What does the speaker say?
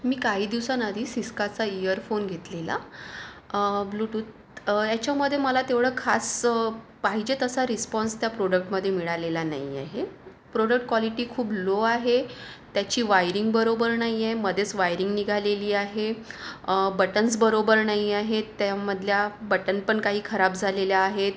मी काही दिवसांआधीच सीसकाचा ईयरफोन घेतलेला ब्ल्युटूथ ह्याच्यामध्ये मला तेवढं खास पाहिजे तसा रिस्पॉन्स त्या प्रॉडक्टमध्ये मिळालेला नाही आहे प्रॉडक्ट क्वालिटी खूप लो आहे त्याची वायरिंग बरोबर नाही आहे मध्येच वायरिंग निघालेली आहे बटन्स बरोबर नाही आहेत त्यामधल्या बटण पण काही खराब झालेल्या आहेत